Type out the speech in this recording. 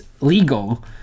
legal